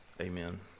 Amen